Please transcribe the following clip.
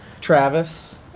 Travis